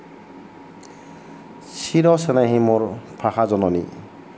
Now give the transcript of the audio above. চিৰ চেনেহী মোৰ ভাষা জননী